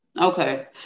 Okay